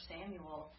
Samuel